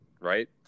right